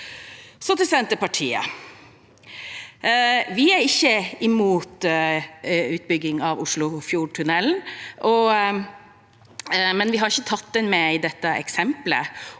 Så til Senterpartiet: Vi er ikke imot utbygging av Oslofjordtunnelen, men vi har ikke tatt den med i dette eksemplet.